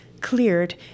cleared